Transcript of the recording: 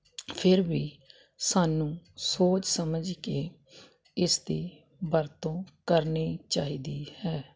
ਫਿਰ ਵੀ ਸਾਨੂੰ ਸੋਚ ਸਮਝ ਕੇ ਇਸ ਦੀ ਵਰਤੋਂ ਕਰਨੀ ਚਾਹੀਦੀ ਹੈ